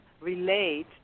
relate